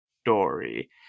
story